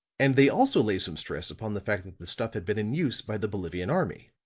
and they also lay some stress upon the fact that the stuff had been in use by the bolivian army.